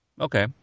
Okay